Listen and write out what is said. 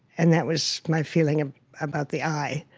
and that was my feeling and about the i.